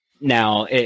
Now